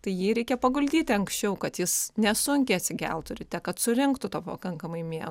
tai jį reikia paguldyti anksčiau kad jis nesunkiai atsigeltų ryte kad surinktų to pakankamai miego